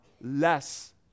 less